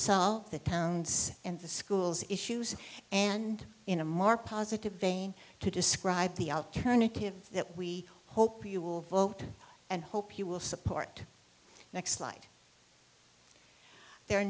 solve the towns and the schools issues and in a more positive vein to describe the alternative that we hope you will vote and hope you will support next slide the